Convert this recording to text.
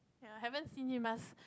ya haven't seen him must